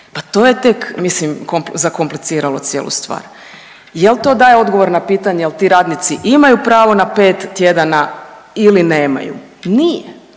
pa to je tek mislim zakompliciralo cijelu stvar. Jel to daje odgovor na pitanje jel ti radnici imaju pravo na 5 tjedana ili nemaju? Nije,